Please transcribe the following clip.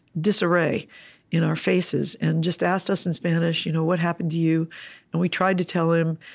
disarray in our faces, and just asked us in spanish, you know what happened to you? and we tried to tell him.